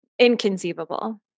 inconceivable